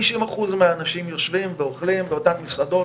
90% מהאנשים יושבים ואוכלים באותן מסעדות.